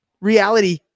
reality